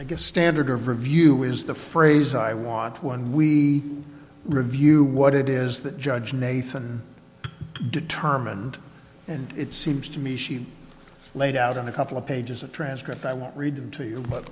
i guess standard of review is the phrase i want when we review what it is that judge nathan determined and it seems to me she laid out on a couple of pages of transcripts i won't read them to you but